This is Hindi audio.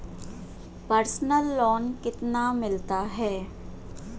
पर्सनल लोन कितना मिलता है?